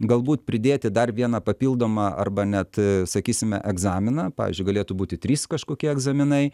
galbūt pridėti dar vieną papildomą arba net sakysime egzaminą pavyzdžiui galėtų būti trys kažkokie egzaminai